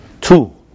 Two